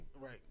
Right